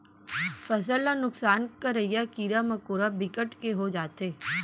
फसल ल नुकसान करइया कीरा मकोरा बिकट के हो जाथे